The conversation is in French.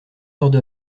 d’heure